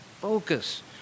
Focus